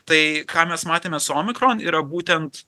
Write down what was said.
tai ką mes matėmė su omikron yra būtent